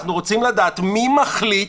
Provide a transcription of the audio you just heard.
אנחנו רוצים לדעת מי מחליט,